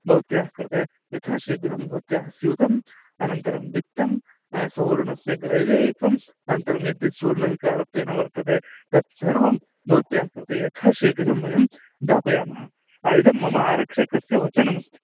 भवत्याः कृते यथा शीघ्रं भवत्याः स्यूतम् अनन्तरं वित्तं सुवर्णस्य ग्रैवेहिकम् अनन्तरं यद्यत् सुवर्णविकारत्वेन वर्तते तत्सर्वं भवत्याः कृते यथा शीघ्रं वयं दापयामः इदं मम आरक्षकस्य वचनमस्ति